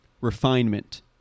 refinement